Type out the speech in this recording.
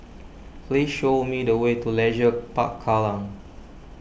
please show me the way to Leisure Park Kallang